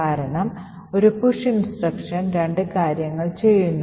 കാരണം ഒരു push instruction രണ്ട് കാര്യങ്ങൾ ചെയ്യുന്നു